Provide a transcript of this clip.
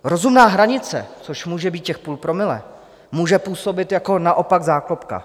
Rozumná hranice, což může být těch 0,5 promile, může působit jako naopak záklopka.